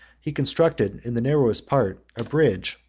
he constructed, in the narrowest part, a bridge,